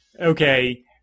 Okay